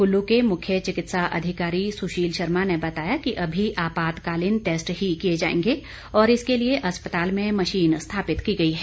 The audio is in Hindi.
कुल्लू के मुख्य चिकित्सा अधिकारी सुशील शर्मा ने बताया कि अभी आपातकालीन टैस्ट ही किए जाएंगे और इसके लिए अस्पताल में मशीन स्थापित की गई है